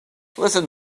listen